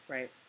Right